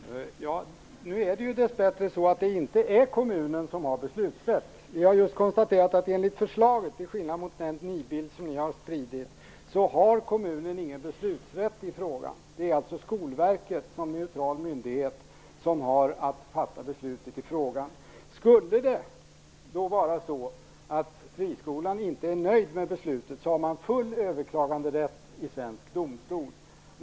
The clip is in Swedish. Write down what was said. Herr talman! Nu är det dessbättre så att det inte är kommunen som har beslutsrätt. Vi har just konstaterat att enligt förslaget har kommunen, i stället för den nidbild som ni har spridit, ingen beslutsrätt i frågan. Det är alltså Skolverket som neutral myndighet som har att fatta beslutet i frågan. Skulle inte friskolan vara nöjd med beslutet har man full överklaganderätt i svensk domstol.